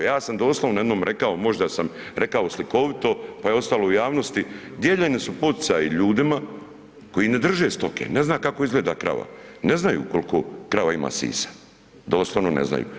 Ja sam doslovno jednom rekao, možda sam rekao slikovito pa je ostalo u javnosti, dijeljeni su poticaji ljudima koji ne drže stoke, ne zna kako izgleda krava, ne znaju koliko krava ima sisa, doslovno ne znaju.